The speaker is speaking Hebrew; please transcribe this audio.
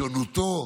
בשונותו.